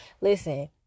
listen